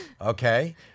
Okay